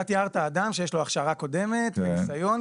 אתה תיארת אדם שיש לו הכשרה קודמת וניסיון,